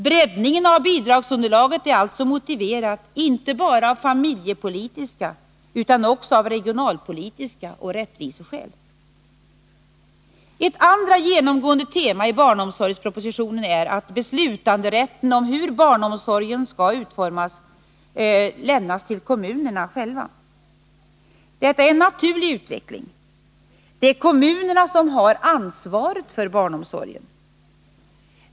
Breddningen av bidragsunderlaget är alltså motiverad inte bara av familjepolitiska utan också av regionalpolitiska skäl och rättviseskäl. Ett andra genomgående tema i barnomsorgspropositionen är att beslutanderätten när det gäller hur barnomsorgen skall utformas lämnas till kommunerna själva. Detta är en naturlig utveckling. Det är kommunerna som har ansvaret för barnomsorgen.